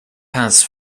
paths